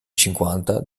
cinquanta